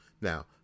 now